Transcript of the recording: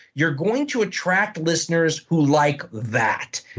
you're going to attract listeners who like that.